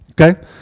Okay